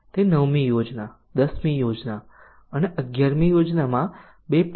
તે નવમી યોજના દસમી યોજના અને અગિયારમી યોજનામાં 2